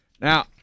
Now